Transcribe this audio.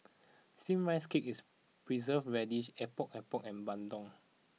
Steamed Rice Cake is Preserved Radish Epok Epok and Bandung